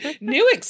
new